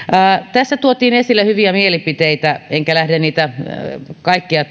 tässä tuotiin esille hyviä mielipiteitä enkä lähde niitä kaikkia